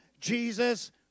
Jesus